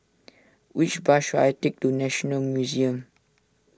which bus should I take to National Museum